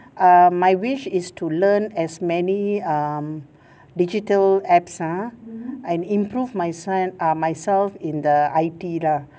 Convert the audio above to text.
err my wish is to learn as many um digital apps ah and improve my se~ ah myself in the I_T lah